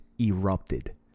erupted